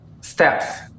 steps